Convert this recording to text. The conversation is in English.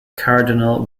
cardinal